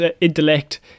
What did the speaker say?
intellect